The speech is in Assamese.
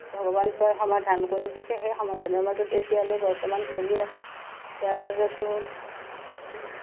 ভগৱন্তই সমাধান কৰি দিছে সেই সমাধানৰ মাজত এতিয়ালৈ বৰ্তমান চলি আছোঁ ইয়াৰ মাজতো